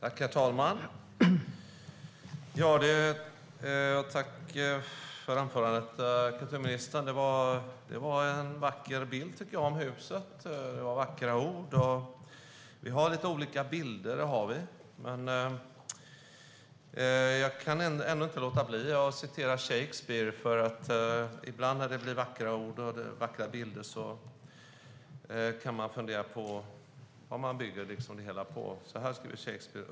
Herr talman! Tack för anförandet, kulturministern! Det var en vacker bild av huset, och det var vackra ord. Vi har lite olika bilder. Jag kan inte låta bli att citera Shakespeare, för ibland när det blir vackra ord och bilder kan man fundera på vad det hela byggs på. Så här skriver Shakespeare.